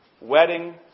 wedding